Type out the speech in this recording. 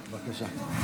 בבקשה.